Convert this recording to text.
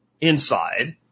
inside